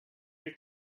your